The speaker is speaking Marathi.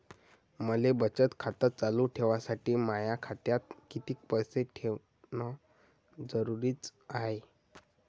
मले बचत खातं चालू ठेवासाठी माया खात्यात कितीक पैसे ठेवण जरुरीच हाय?